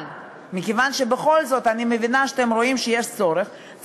אבל מכיוון שאני בכל זאת מבינה שאתם רואים שיש צורך,